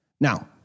Now